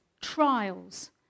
trials